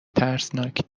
ترسناک